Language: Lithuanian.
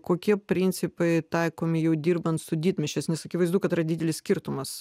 kokie principai taikomi jau dirbant su didmiesčiais nes akivaizdu kad yra didelis skirtumas